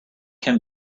can